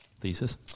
thesis